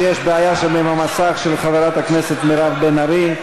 שיש בעיה שם עם המסך של חברת הכנסת מירב בן ארי.